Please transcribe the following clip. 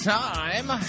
time